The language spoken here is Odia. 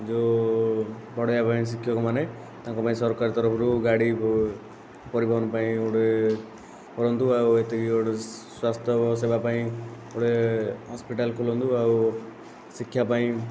ଯେଉଁ ପଢ଼ିବା ପାଇଁ ଶିକ୍ଷକମାନେ ତାଙ୍କ ପାଇଁ ସରକାରଙ୍କ ତରଫରୁ ଗାଡ଼ି ପରିବହନ ପାଇଁ ଗୋଟିଏ କରନ୍ତୁ ଆଉ ଏତିକି ଗୋଟିଏ ସ୍ୱାସ୍ଥ୍ୟ ସେବା ପାଇଁ ଗୋଟିଏ ହସ୍ପିଟାଲ ଖୋଲନ୍ତୁ ଆଉ ଶିକ୍ଷା ପାଇଁ